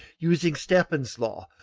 using stefan's law,